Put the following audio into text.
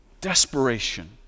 Desperation